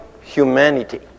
humanity